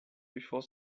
before